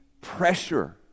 pressure